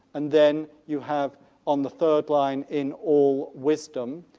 and then you have on the third line in all wisdom,